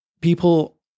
people